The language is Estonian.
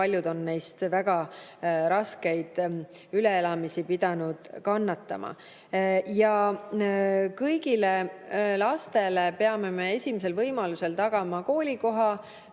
neist on olnud väga raskeid üleelamisi, nad on pidanud kannatama. Kõigile lastele peame me esimesel võimalusel tagama koolikoha.